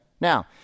Now